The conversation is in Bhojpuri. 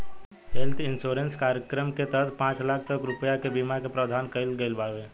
हेल्थ इंश्योरेंस कार्यक्रम के तहत पांच लाख तक रुपिया के बीमा के प्रावधान कईल गईल बावे